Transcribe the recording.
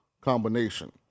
combination